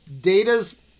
Data's